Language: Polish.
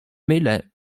mylę